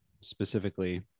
specifically